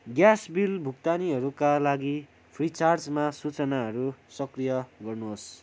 gas bill भुक्तानीहरूका लागि फ्रिचार्जमा सूचनाहरू सक्रिय गर्नुहोस्